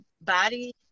body